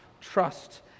trust